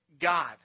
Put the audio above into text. God